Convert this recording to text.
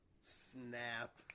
Snap